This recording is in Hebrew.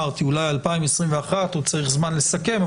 אולי 2021 עוד צריך זמן לסכם,